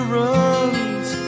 runs